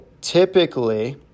typically